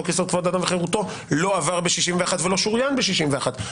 חוק יסוד: כבוד האדם וחירותו לא עבר ב-61 ולא שוריין ב-61.